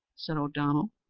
said o'donnell.